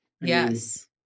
Yes